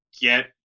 get